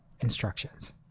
instructions